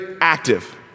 active